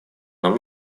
нам